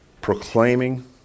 proclaiming